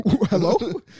hello